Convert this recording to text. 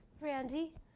Randy